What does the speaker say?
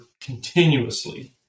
continuously